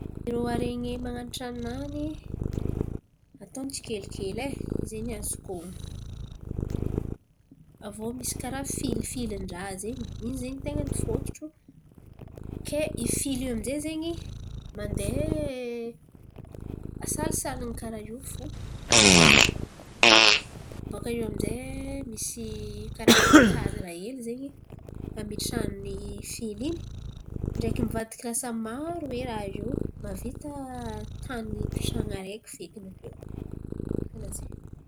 Irô aren̈e man̈ano tran̈ony ataony tsikelikely e. Zen̈y ny azoko aviô karà misy filifily ndraha zay in̈y zen̈y tain̈a ny fototro ke ifily io aminjay mandeha asalisaliny karà io fo. Bòakaio amizay misy karan̈a kadira hely zen̈y hametrahany fily in̈y ndraiky mivadiky lasa maro oe raha io, mavita tan̈y pitran̈a araiky feky aviô karà zen̈y.